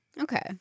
Okay